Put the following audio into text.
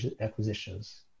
acquisitions